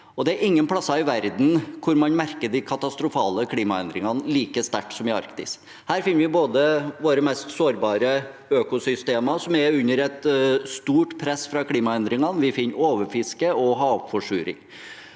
Det er ingen plass i verden hvor man merker de katastrofale klimaendringene like sterkt som i Arktis. Her finner vi våre mest sårbare økosystemer, som er under et stort press fra klimaendringene, og vi finner overfiske og havforsuring.